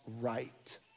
right